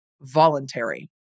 voluntary